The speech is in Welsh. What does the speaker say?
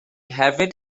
hefyd